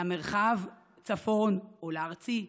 למרחב צפון או לארצי,